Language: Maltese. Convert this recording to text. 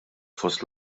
fost